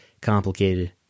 complicated